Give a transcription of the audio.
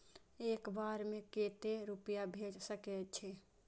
एक बार में केते रूपया भेज सके छी?